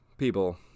People